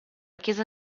chiesa